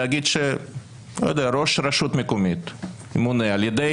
להגיד שראש רשות מקומית ממונה על ידי